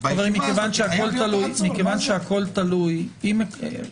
בישיבה הזאת חייב להיות העצור, מה זה?